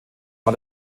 war